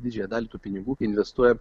didžiąją dalį tų pinigų investuojam